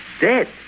Dead